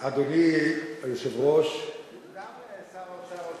אדוני היושב-ראש הוא גם שר אוצר,